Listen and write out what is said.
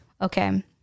Okay